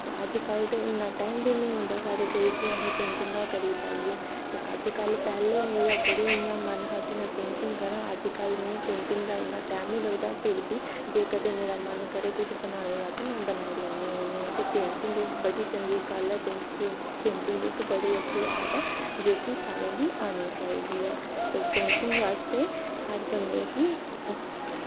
ते अज्ज कल ते इ'न्ना टाइम बी निं होंदा साढ़े कोल कि असें पेंटिंगां करी पाइयै ते अज्ज कल पैह्लें मेरा बड़ा इ'यां मन हा कि में पेंटिंग करांऽ अज्ज कल में पेंटिंग दा इ'न्ना टैम निं लगदा फिर बी जे कदें मेरा मन करै किश बनाने दा ते में बनाई लैन्नी होनी आं ते पेंटिंग इक बड़ी चंगी गल्ल ऐ पेंटिंग इक बड़ी अच्छी आर्ट ऐ जेह्की सारें गी आनी चाहिदी ऐ ते पेंटिंग बास्तै हर बंदे गी